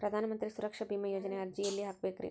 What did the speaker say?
ಪ್ರಧಾನ ಮಂತ್ರಿ ಸುರಕ್ಷಾ ಭೇಮಾ ಯೋಜನೆ ಅರ್ಜಿ ಎಲ್ಲಿ ಹಾಕಬೇಕ್ರಿ?